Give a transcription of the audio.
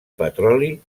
petroli